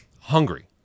Hungry